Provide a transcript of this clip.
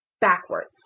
backwards